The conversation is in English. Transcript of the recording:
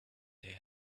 they